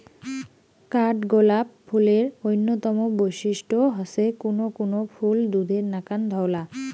কাঠগোলাপ ফুলের অইন্যতম বৈশিষ্ট্য হসে কুনো কুনো ফুল দুধের নাকান ধওলা